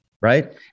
right